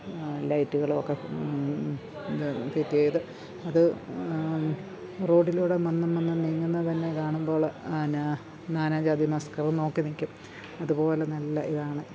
ലൈറ്റുകളും ഒക്കെ ഇത് ഫിറ്റെയ്ത് അത് റോഡിലൂടെ മന്ദം മന്ദം നീങ്ങുന്നത് തന്നെ കാണുമ്പോള് എന്നാ നാനാജാതിമതസ്ഥര് നോക്കിനില്ക്കും അതുപോലെ നല്ല ഇതാണ്